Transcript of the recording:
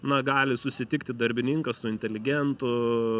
na gali susitikti darbininkas su inteligentu